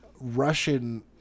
Russian